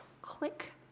click